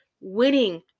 winning